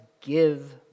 give